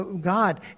God